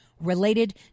related